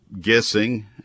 guessing